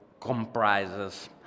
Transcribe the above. comprises